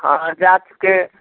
हँ जाँचके